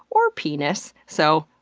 or penis. so,